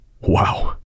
Wow